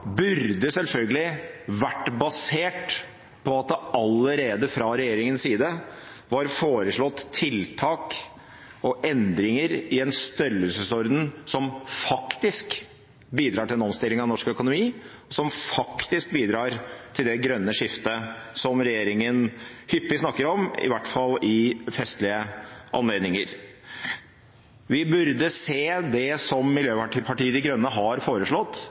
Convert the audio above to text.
burde selvfølgelig vært basert på at det allerede fra regjeringens side var foreslått tiltak og endringer i en størrelsesorden som faktisk bidrar til en omstilling av norsk økonomi, og som faktisk bidrar til det grønne skiftet regjeringen hyppig snakker om – i hvert fall ved festlige anledninger. Vi burde se det som Miljøpartiet De Grønne har foreslått,